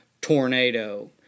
Tornado